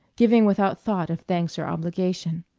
giving without thought of thanks or obligation.